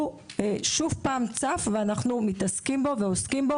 ואנחנו עוסקים בו.